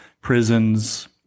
prisons